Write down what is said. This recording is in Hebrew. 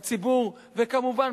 וכמובן,